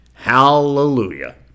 Hallelujah